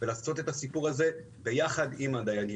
לעשות את הסיפור הזה ביחד עם הדייגים.